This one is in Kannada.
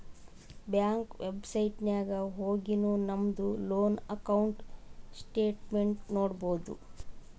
ಬ್ಯಾಂಕ್ ವೆಬ್ಸೈಟ್ ನಾಗ್ ಹೊಗಿನು ನಮ್ದು ಲೋನ್ ಅಕೌಂಟ್ ಸ್ಟೇಟ್ಮೆಂಟ್ ನೋಡ್ಬೋದು